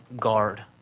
guard